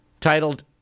titled